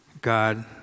God